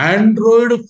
Android